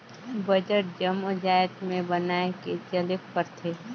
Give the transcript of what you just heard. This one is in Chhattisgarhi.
बजट जम्मो जाएत में बनाए के चलेक परथे